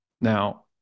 Now